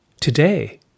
today